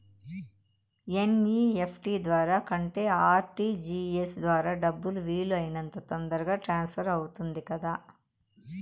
NEFT ద్వారా కంటే RTGS ద్వారా డబ్బు వీలు అయినంత తొందరగా ట్రాన్స్ఫర్ అవుతుంది కదా